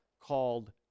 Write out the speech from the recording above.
called